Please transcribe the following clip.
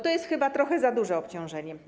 To jest chyba trochę za duże obciążenie.